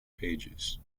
pages